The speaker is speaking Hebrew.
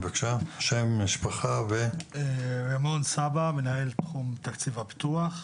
אני מנהל תחום תקציב הפיתוח,